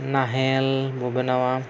ᱱᱟᱦᱮᱞ ᱵᱚ ᱵᱮᱱᱟᱣᱟ